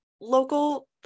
local